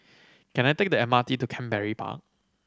can I take the M R T to Canberra Park